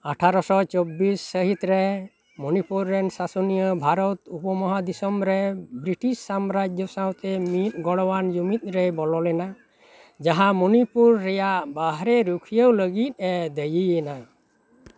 ᱟᱴᱷᱟᱨᱚᱥᱚ ᱪᱚᱵᱽᱵᱤᱥ ᱥᱟᱹᱦᱤᱛ ᱨᱮ ᱢᱚᱱᱤᱯᱩᱨ ᱨᱮᱱ ᱥᱟᱥᱚᱱᱤᱭᱟᱹ ᱵᱷᱟᱨᱚᱛ ᱩᱯᱚᱢᱚᱦᱟ ᱫᱤᱥᱚᱢ ᱨᱮ ᱵᱨᱤᱴᱤᱥ ᱥᱟᱢᱨᱟᱡᱽᱡᱚ ᱥᱟᱶᱛᱮ ᱢᱤᱫ ᱜᱚᱲᱚᱣᱟᱱ ᱡᱩᱢᱤᱫ ᱨᱮᱭ ᱵᱚᱞᱚ ᱞᱮᱱᱟ ᱡᱟᱦᱟᱸ ᱢᱚᱱᱤᱯᱩᱨ ᱨᱮᱭᱟᱜ ᱵᱟᱦᱚᱨᱮ ᱨᱩᱠᱷᱤᱭᱟᱹᱣ ᱞᱟᱹᱜᱤᱫᱼᱮ ᱫᱟᱹᱭᱤ ᱮᱱᱟ